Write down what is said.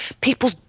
people